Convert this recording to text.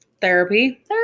Therapy